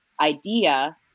idea